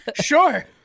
Sure